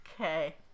Okay